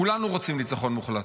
כולנו רוצים ניצחון מוחלט.